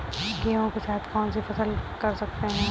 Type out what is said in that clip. गेहूँ के साथ कौनसी फसल कर सकते हैं?